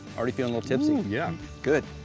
already feeling ah tipsy. yeah good.